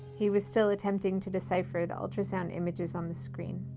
he was still attempting to decipher the ultrasound images on the screen.